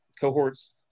cohorts